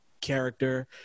character